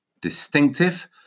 distinctive